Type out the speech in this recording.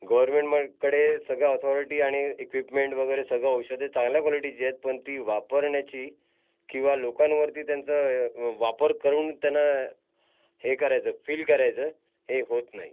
गोरमेंटमकडे सगळं ऑथाॅरिटी आणि इक्विप्मेंट वगेरे सगळं औषधे चांगल्या क्वॉलिटीचे आहेत पण ती वापरण्याची किवा लोकांवरती त्यांचा वापर करून त्यांना हे करायचं फील करायचं हे होत नाही